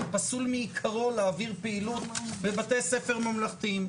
פסול מעיקרו להעביר פעילות בבתי ספר ממלכתיים,